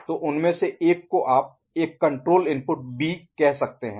तो उनमें से एक को आप एक कण्ट्रोल इनपुट बी कह सकते हैं